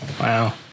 Wow